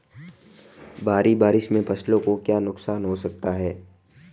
भारी बारिश से फसलों को क्या नुकसान हो सकता है?